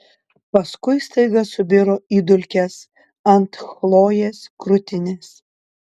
paskui staiga subiro į dulkes ant chlojės krūtinės